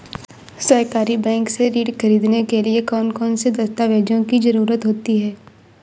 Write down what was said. सहकारी बैंक से ऋण ख़रीदने के लिए कौन कौन से दस्तावेजों की ज़रुरत होती है?